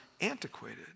antiquated